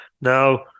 Now